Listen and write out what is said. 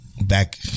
back